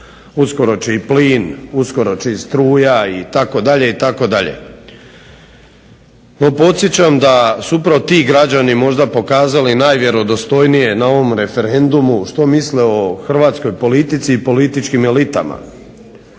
uskoro će i plin, uskoro će i struja itd., itd. No podsjećam da su upravo ti građani možda pokazali najvjerodostojnije na ovom referendumu što misle o hrvatskoj politici i političkim elitama.